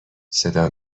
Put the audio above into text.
صدا